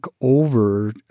over